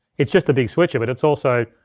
it's just a big switcher, but it's also,